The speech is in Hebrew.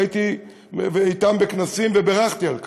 והייתי אתם בכנסים ובירכתי על כך,